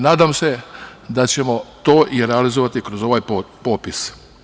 Nadam se da ćemo to i realizovati kroz ovaj popis.